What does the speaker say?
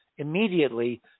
immediately